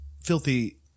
filthy